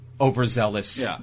overzealous